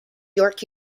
york